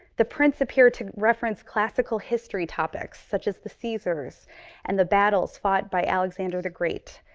the prints appear to reference classical history topics such as the caesars and the battles fought by alexander the great.